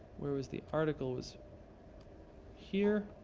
where was the article was here.